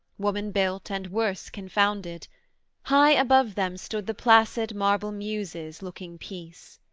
woman-built, and worse-confounded high above them stood the placid marble muses, looking peace.